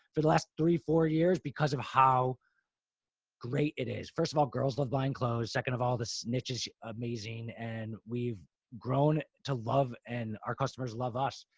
for the last three, four years because of how great it is. first of all, girls love buying clothes. second of all, the niche is amazing. and we've grown to love and our customers love us.